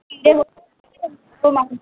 कीड़े होते है तो कीड़े मार